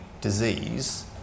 disease